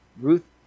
Ruth